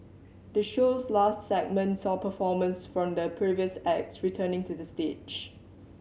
the show's last segment saw performers from the previous acts returning to the stage